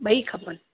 ॿई खपनि